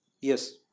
Yes